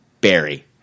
barry